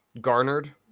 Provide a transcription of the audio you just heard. garnered